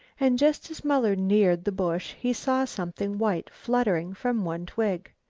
and just as muller neared the bush he saw something white fluttering from one twig.